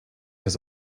has